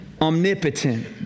omnipotent